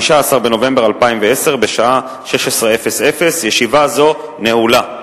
15 בנובמבר 2010, בשעה 16:00. ישיבה זו נעולה.